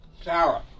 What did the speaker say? Sarah